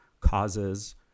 causes